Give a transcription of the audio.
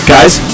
Guys